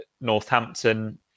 Northampton